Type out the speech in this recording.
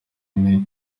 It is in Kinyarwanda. ine